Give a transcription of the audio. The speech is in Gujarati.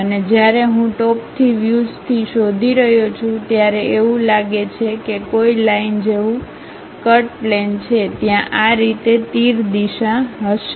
અને જ્યારે હું ટોપથી વ્યુઝથી શોધી રહ્યો છું ત્યારે એવું લાગે છે કે કોઈ લાઈન જેવું કટ પ્લેન છે ત્યાં આ રીતે તીર દિશા હશે